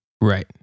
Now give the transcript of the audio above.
Right